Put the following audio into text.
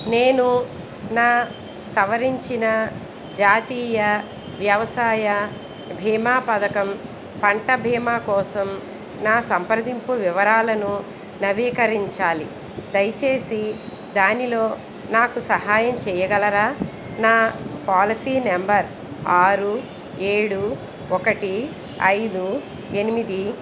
నేను నా సవరించిన జాతీయ వ్యవసాయ బీమా పథకం పంట బీమా కోసం నా సంప్రదింపు వివరాలను నవీకరించాలి దయచేసి దానిలో నాకు సహాయం చేయగలరా నా పాలసీ నెంబర్ ఆరు ఏడు ఒకటి ఐదు ఎనిమిది